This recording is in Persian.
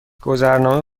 گذرنامه